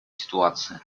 ситуации